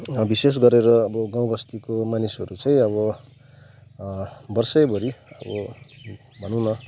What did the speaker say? विशेष गरेर अब गाउँ बस्तीको मानिसहरू चाहिँ अब वर्षैभरि अब भनौँ न